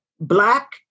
black